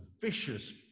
vicious